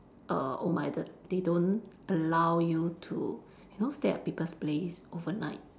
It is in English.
err old minded they don't allow you to you know stay at people's place overnight